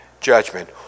judgment